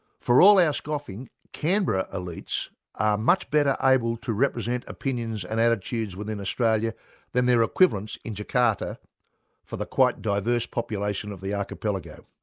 for all our scoffing, canberra elites are much better able to represent opinions and attitudes within australia than their equivalents in jakarta for the quite diverse population of the archipelago.